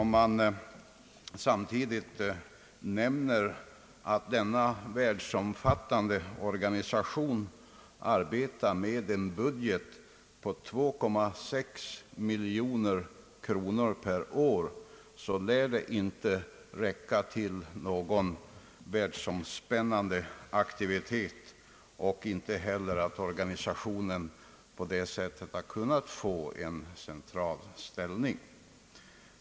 Om man samtidigt nämner att denna världsomfattande organisation arbetar med en budget på 2,6 miljoner kronor per år, inses lätt att detta belopp inte räcker till någon världsomspännande aktivitet och inte heller är tillräckligt för att ge organisationen en central ställning.